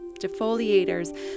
Defoliators